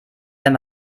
wenn